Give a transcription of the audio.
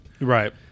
right